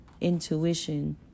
intuition